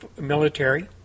military